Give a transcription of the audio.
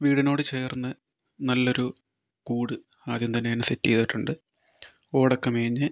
വീടിനോട് ചേർന്ന് നല്ലൊരു കൂട് ആദ്യം തന്നെ അതിന് സെറ്റ് ചെയ്തിട്ടുണ്ട് ഓടൊക്കെ മേഞ്ഞ്